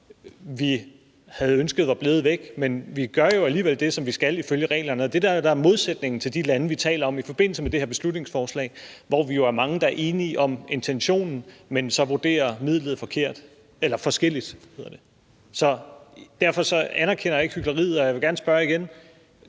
vi havde ønsket var blevet væk, men vi gør jo alligevel det, som vi skal gøre ifølge reglerne. Og det er det, der er modsætningen i forhold til de lande, vi taler om i forbindelse med det her beslutningsforslag, hvor vi jo er mange, der er enige om intentionen, men så vurderer midlet forskelligt. Så derfor anerkender jeg ikke, at det er hykleri. Og jeg vil gerne spørge igen: